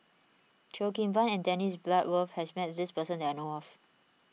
Cheo Kim Ban and Dennis Bloodworth has met this person that I know of